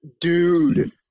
Dude